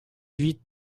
huit